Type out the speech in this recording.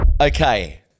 Okay